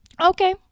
Okay